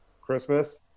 christmas